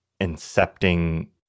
incepting